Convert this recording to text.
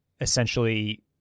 essentially